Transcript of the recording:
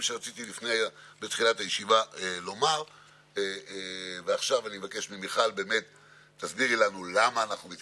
שעכשיו ועדת השרים לא ישבה ולא יושבת אז לא היה ניתן לקדם